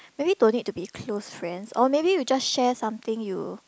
maybe don't need to be close friends or maybe you just share something you